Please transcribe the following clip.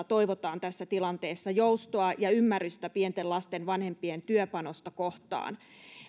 toivotaan tässä tilanteessa joustoa ja ymmärrystä pienten lasten vanhempien työpanosta kohtaan